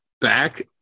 back